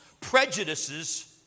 prejudices